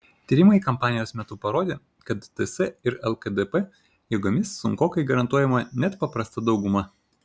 tyrimai kampanijos metu parodė kad ts ir lkdp jėgomis sunkokai garantuojama net paprasta dauguma